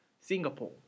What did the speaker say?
Singapore